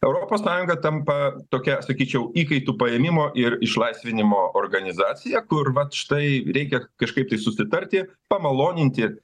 europos sąjunga tampa tokia sakyčiau įkaitų paėmimo ir išlaisvinimo organizacija kur vat štai reikia kažkaip tai susitarti pamaloninti